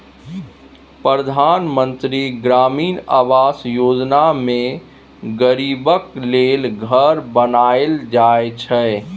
परधान मन्त्री ग्रामीण आबास योजना मे गरीबक लेल घर बनाएल जाइ छै